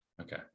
okay